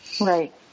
Right